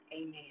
amen